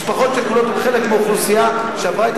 משפחות שכולות הן חלק מאוכלוסייה שעברה את